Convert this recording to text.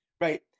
Right